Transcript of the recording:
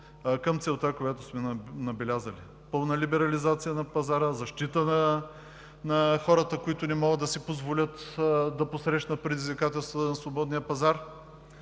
към целта, която сме набелязали – пълна либерализация на пазара, защита на хората, които не могат да си позволят да посрещнат предизвикателствата на свободния пазар,